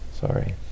sorry